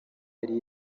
yari